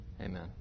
amen